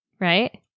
right